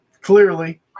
clearly